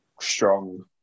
strong